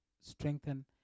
strengthen